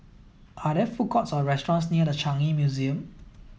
are there food courts or restaurants near The Changi Museum